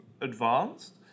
advanced